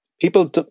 people